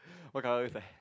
what colour is the